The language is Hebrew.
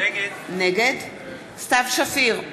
נגד סתיו שפיר,